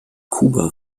kuba